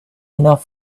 enough